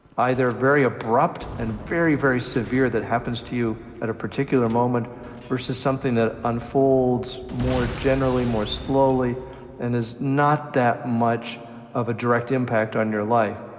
either very abrupt and very, very severe that happens to you at a particular moment versus something that unfolds more generally, more slowly and is not that much of a direct impact on your life.